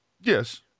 Yes